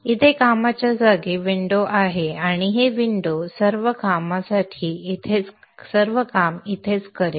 इथेच कामाच्या जागेची विंडो आहे आणि हे विंडो सर्व कामा इथेच करेल